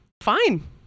fine